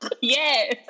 Yes